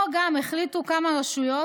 פה החליטו כמה רשויות,